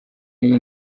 y’iyi